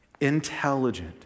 intelligent